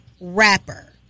rapper